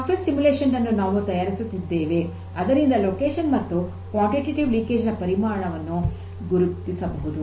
software simulation ನನ್ನು ನಾವು ತಯಾರಿಸುತ್ತಿದ್ದೇವೆ ಅದರಿಂದ ಸ್ಥಳ ಮತ್ತು ಪರಿಮಾಣಾತ್ಮಕ ಸೋರಿಕೆಯ ಪರಿಮಾಣವನ್ನು ಗುರುತಿಸಬಹುದು